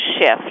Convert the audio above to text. shift